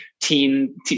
teen